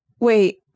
Wait